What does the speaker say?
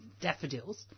daffodils